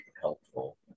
helpful